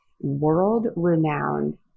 world-renowned